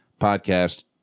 Podcast